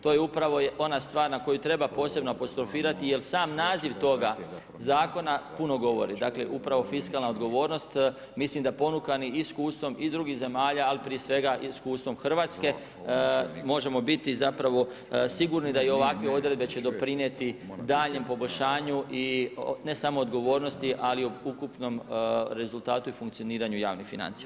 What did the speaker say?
To je upravo ona stvar na koju treba posebno apostrofirati, jer sam naziv toga zakona puno govori, dakle, upravo fiskalna odgovornost, mislim da ponukani iskustvom i drugih zemalja, ali prije svega iskustvom Hrvatske, možemo biti zapravo sigurni da i ovakve odredbe će doprinijeti daljem poboljšanju i ne samo odgovornosti, ali o ukupnom rezultatu i funkcioniranju javnih financija.